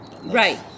Right